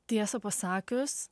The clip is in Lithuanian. tiesą pasakius